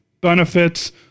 benefits